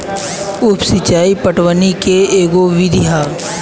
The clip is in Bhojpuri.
उप सिचाई पटवनी के एगो विधि ह